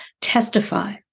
testify